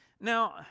Now